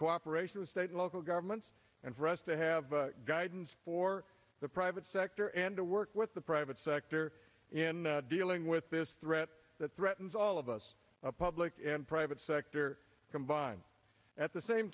cooperation with state and local governments and for us to have guidance for the private sector and to work with the private sector in dealing with this threat that threatens all of us public and private sector combined at the same